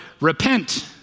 repent